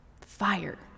Fire